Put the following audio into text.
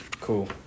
cool